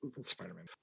Spider-Man